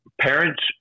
parents